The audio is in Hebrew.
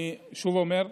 אני שוב אומר: